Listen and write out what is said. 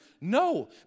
No